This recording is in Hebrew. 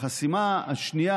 החסימה השנייה,